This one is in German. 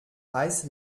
heiß